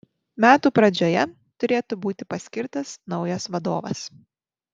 metų pradžioje turėtų būti paskirtas naujas vadovas